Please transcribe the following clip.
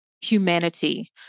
humanity